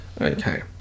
Okay